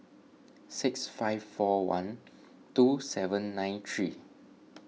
six five four one two seven nine three